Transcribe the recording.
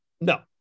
no